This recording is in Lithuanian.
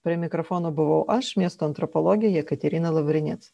prie mikrofono buvau aš miesto antropologė jekaterina lavrinec